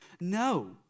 no